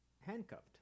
handcuffed